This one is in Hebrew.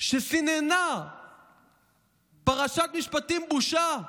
שסיננה "פרשת משפטים, בושה",